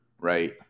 right